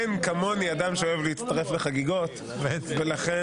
אין כמוני אדם שאוהב להצטרף לחגיגות ולכן